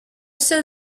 seul